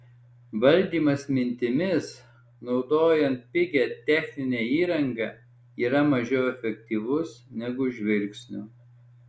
valdymas mintimis naudojant pigią techninę įrangą yra mažiau efektyvus negu žvilgsniu